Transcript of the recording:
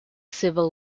civil